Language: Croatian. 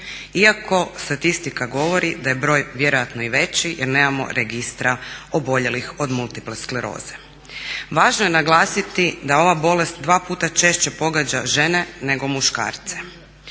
iako statistika govori da je broj vjerojatno i veći jer nemamo registra oboljelih od multiple skleroze. Važno je naglasiti da ova bolest dva puta češće pogađa žene nego muškarce.